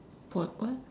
for what